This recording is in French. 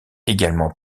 également